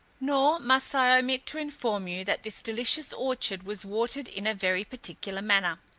nor must i omit to inform you, that this delicious orchard was watered in a very particular manner.